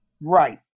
Right